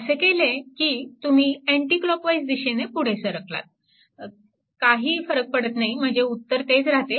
असे केले की तुम्ही अँटी क्लॉकवाईज दिशेने पुढे सरकलात काही फरक पडत नाही म्हणजे उत्तर तेच राहते